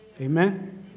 Amen